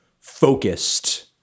focused